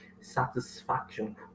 satisfaction